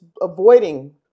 avoiding